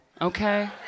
okay